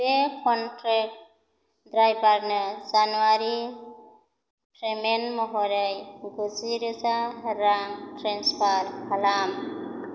बे कन्ट्रेक्ट ड्राइभारनो January payment महरै गुजिरोजा रां ट्रेन्सफार खालाम